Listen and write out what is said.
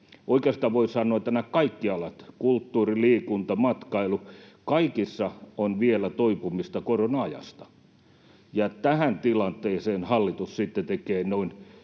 Oikeastaan voi sanoa, että näillä kaikilla aloilla — kulttuuri, liikunta, matkailu — on vielä toipumista korona-ajasta. Ja kun tähän tilanteeseen hallitus sitten